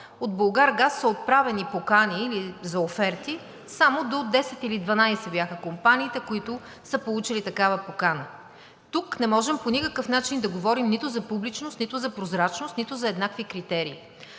от „Булгаргаз“ са отправени покани за оферти само до 10 или 12 бяха компаниите, които са получили такава покана. Тук не можем по никакъв начин да говорим нито за публичност, нито за прозрачност, нито за еднакви критерии.